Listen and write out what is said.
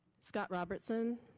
scott robertson.